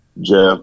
Jeff